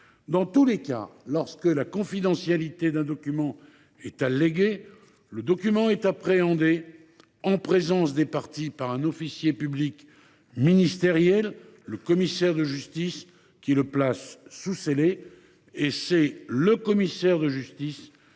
Dans tous les cas, lorsque la confidentialité d’un document est alléguée, le document est appréhendé en présence des parties par un officier public ministériel, le commissaire de justice, qui le place sous scellé. C’est ce dernier qui